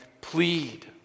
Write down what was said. plead